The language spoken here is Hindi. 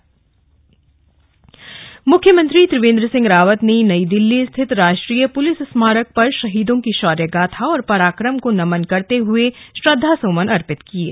राष्ट्रीय पुलिस स्मारक मुख्यमंत्री त्रिवेन्द्र सिंह रावत ने नई दिल्ली स्थित राष्ट्रीय पुलिस स्मारक पर शहीदों की शौर्य गाथा और पराक्रम को नमन करते हुए श्रद्धासुमन अर्पित किये